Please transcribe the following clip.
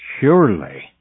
Surely